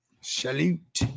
Salute